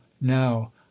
now